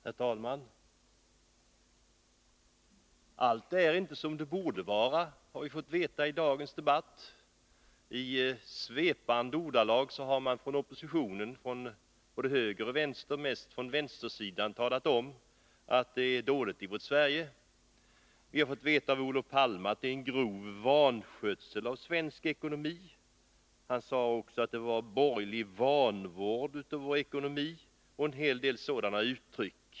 Herr talman! Allt är inte som det borde vara, har vi fått veta i dagens debatt. I svepande ordalag har man från oppositionens sida, både från höger och vänster — mest från vänstersidan — talat om att det står dåligt till i vårt Sverige. Vi har fått veta av Olof Palme att det råder en grov vanskötsel av svensk ekonomi. Han sade också att det var borgerlig vanvård av vår ekonomi. Han använde en hel del sådana uttryck.